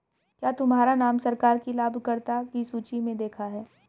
क्या तुम्हारा नाम सरकार की लाभकर्ता की सूचि में देखा है